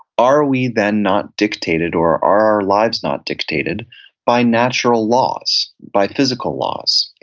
are we then not dictated or are our lives not dictated by natural laws, by physical laws?